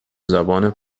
زبان